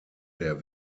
der